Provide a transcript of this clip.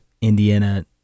Indiana